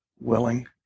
willing